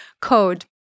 code